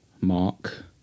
mark